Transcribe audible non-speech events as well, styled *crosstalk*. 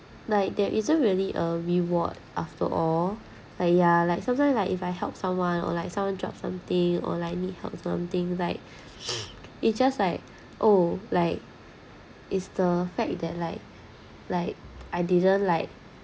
like there isn't really a reward after all like yeah like sometimes like if I help someone or like someone drop something or like need help something like *noise* it just like oh like is the fact that like like I didn't like